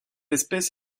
espèce